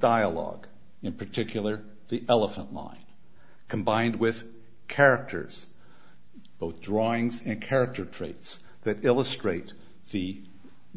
dialogue in particular the elephant mind combined with characters both drawings and character traits that illustrate the